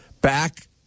back